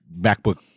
MacBook